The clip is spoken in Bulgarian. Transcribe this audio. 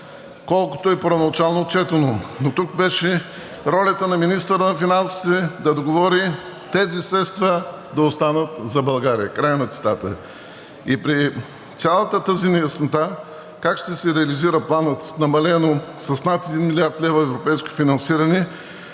колкото е първоначално отчетено, но тук беше ролята на министъра на финансите да договори тези средства да останат за България.“ Край на цитата. И при цялата тази неяснота как ще се реализира Планът, намален с над 1 млрд. лв. европейско финансиране,